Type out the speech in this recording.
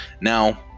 Now